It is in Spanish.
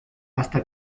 hasta